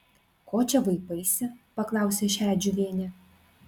ko čia vaipaisi paklausė šedžiuvienė